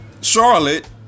Charlotte